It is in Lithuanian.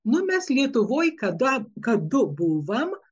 nu mes lietuvoje kada kadu buvom